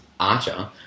Archer